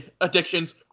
addictions